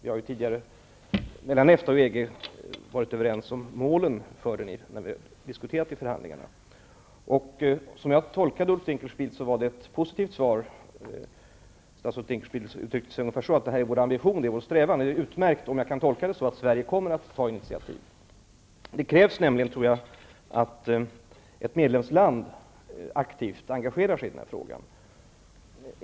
EFTA och EG har ju tidigare varit överens om målen när detta har diskuterats i förhandlingarna. Som jag tolkade det gav statsrådet Ulf Dinkelspiel ett positivt svar. Han uttryckte sig ungefär så, att detta är regeringens ambition och strävan. Jag tolkar det som att Sverige kommer att ta initiativ. Jag tror nämligen att det krävs att ett medlemsland aktivt engagerar sig i denna fråga.